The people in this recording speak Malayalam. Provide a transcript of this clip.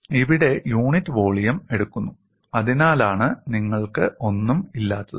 ഇവിടെ യൂണിറ്റ് വോളിയം എടുക്കുന്നു അതിനാലാണ് നിങ്ങൾക്ക് ഒന്നും ഇല്ലാത്തത്